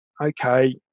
okay